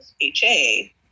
HA